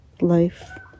life